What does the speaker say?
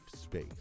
space